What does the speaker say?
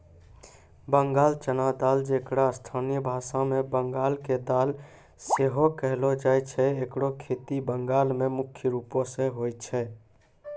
बंगाल चना दाल जेकरा स्थानीय भाषा मे बंगाल के दाल सेहो कहलो जाय छै एकरो खेती बंगाल मे मुख्य रूपो से होय छै